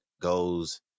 goes